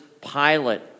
Pilate